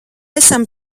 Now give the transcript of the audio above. esam